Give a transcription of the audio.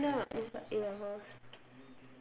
eh wait no no that's like A levels